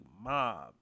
Mob